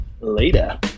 Later